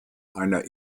einer